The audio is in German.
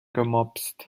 gemopst